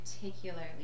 particularly